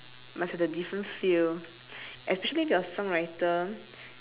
must have the different feel actually if you're a song writer